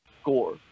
score